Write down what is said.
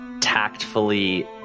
tactfully